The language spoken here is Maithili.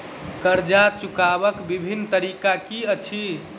कर्जा चुकबाक बिभिन्न तरीका की अछि?